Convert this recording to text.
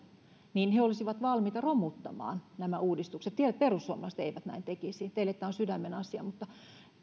niin he olisivat valmiita romuttamaan nämä uudistukset tiedän että perussuomalaiset eivät näin tekisi teille tämä on sydämenasia mutta